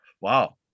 Wow